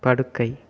படுக்கை